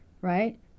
right